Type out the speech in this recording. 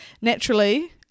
naturally